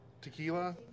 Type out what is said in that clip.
tequila